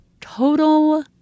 total